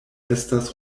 estas